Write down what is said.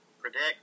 Predict